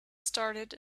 started